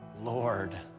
Lord